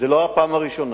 זו לא הפעם הראשונה.